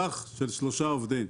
קח מוסך של שלושה עובדים,